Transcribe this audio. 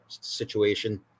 situation